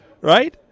Right